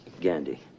Gandhi